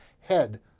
head